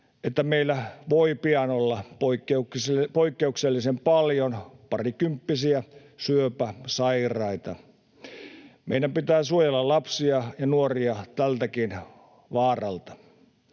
että meillä voi pian olla poikkeuksellisen paljon parikymppisiä syöpäsairaita. Meidän pitää suojella lapsia ja nuoria tältäkin vaaralta.